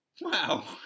Wow